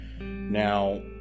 Now